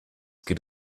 get